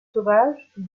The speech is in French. sauvage